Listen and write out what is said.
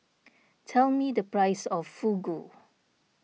tell me the price of Fugu